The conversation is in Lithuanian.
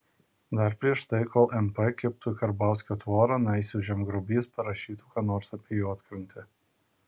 dar prieš tai kol mp kibtų į karbauskio tvorą naisių žemgrobys parašytų ką nors apie juodkrantę